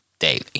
daily